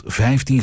15